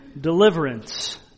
deliverance